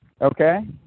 Okay